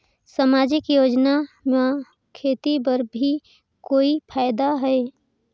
समाजिक योजना म खेती बर भी कोई फायदा है?